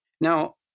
Now